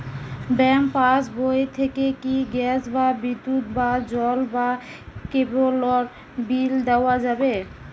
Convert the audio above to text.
Bank পাশবই থেকে কি গ্যাস বা বিদ্যুৎ বা জল বা কেবেলর বিল দেওয়া যাবে?